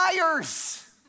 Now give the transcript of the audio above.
liars